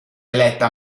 eletta